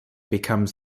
becomes